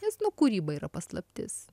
nes nu kūryba yra paslaptis